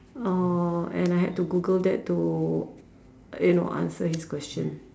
uh and I had to Google that to you know answer his question